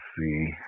see